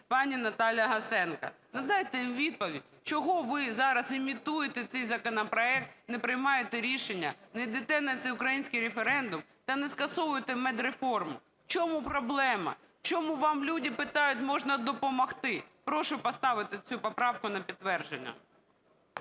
пані Наталя Гасенко. Дайте відповідь, чого ви зараз імітуєте цей законопроект, не приймаєте рішення, не йдете на всеукраїнський референдум та не скасовуєте медреформу. В чому проблема? В чому вам, люди питають, можна допомогти? Прошу поставити цю поправку на підтвердження.